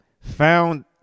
found –